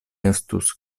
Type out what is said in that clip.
estus